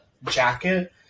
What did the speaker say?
jacket